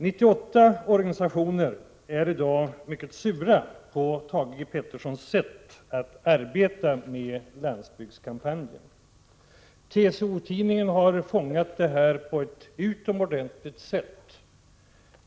98 organisationer är i dag mycket sura på Thage G Petersons sätt att arbeta med landsbygdskampanjen. TCO-Tidningen har fångat detta på ett utomordentligt sätt.